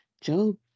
Job